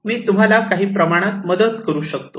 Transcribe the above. मी तुम्हाला काही प्रमाणात मदत करू शकतो